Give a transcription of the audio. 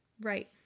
right